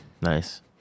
nice